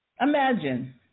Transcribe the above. imagine